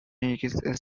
nicking